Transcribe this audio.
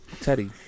Teddy